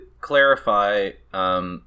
clarify